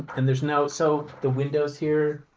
and there's no so the windows here